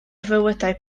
fywydau